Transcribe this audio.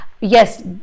yes